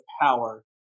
power